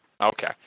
Okay